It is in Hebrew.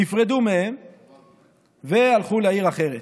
נפרדו מהם והלכו לעיר אחרת.